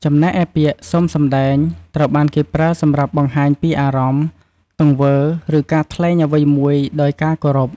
ចំណែកឯពាក្យ សូមសម្តែង ត្រូវបានគេប្រើសម្រាប់បង្ហាញពីអារម្មណ៍ ទង្វើ ឬការថ្លែងអ្វីមួយដោយការគោរព។